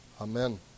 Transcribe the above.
Amen